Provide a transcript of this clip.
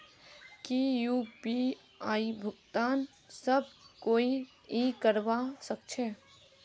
की यु.पी.आई भुगतान सब कोई ई करवा सकछै?